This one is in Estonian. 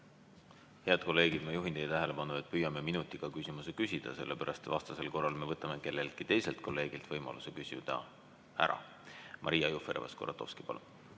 Head kolleegid! Ma juhin teie tähelepanu, et püüame minutiga küsimuse ära küsida, sest vastasel korral me võtame kelleltki teiselt kolleegilt ära võimaluse küsida. Maria Jufereva-Skuratovski, palun!